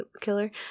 killer